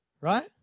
right